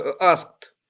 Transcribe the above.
asked